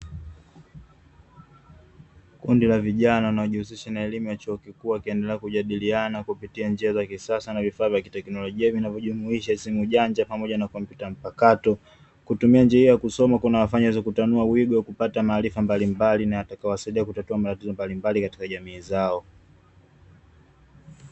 Kundi la vijana unajihusisha na elimu ya chuo kikuu wakinaendelea kujadiliana kupitia njia za kisasa na vifaa vya teknolojia, vinavyojumuisha simu janja pamoja na kompyuta mpakato, kutumia njia ya kusoma kuna wafanyazo kutanua wigo kupata maarifa mbalimbali yatakayo wasaidia katika kutatua matatizo mbalimbali katika jamii zao.